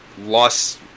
lost